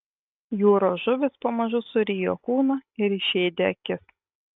jūros žuvys pamažu surijo kūną ir išėdė akis